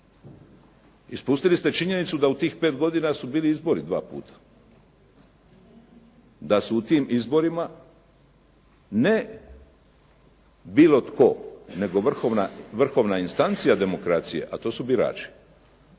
Ispustili ste činjenicu da u tih 5 godina su bili izbori dva puta. Da su tim izborima ne bilo tko, nego vrhovna instancija demokracije, a to su birači.